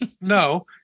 no